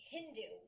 Hindu